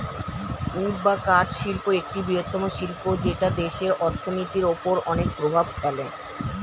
would বা কাঠ শিল্প একটি বৃহত্তম শিল্প যেটা দেশের অর্থনীতির ওপর অনেক প্রভাব ফেলে